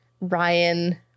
Ryan